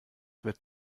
wird